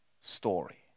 story